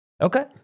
okay